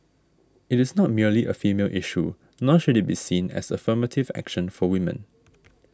it is not merely a female issue nor should it be seen as a affirmative action for women